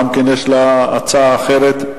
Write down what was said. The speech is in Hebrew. גם לה יש הצעה אחרת.